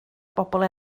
bobl